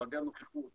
מהיעדר נוכחות,